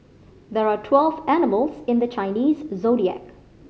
there are twelve animals in the Chinese Zodiac